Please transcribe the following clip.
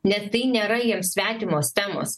nes tai nėra jiems svetimos temos